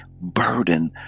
burden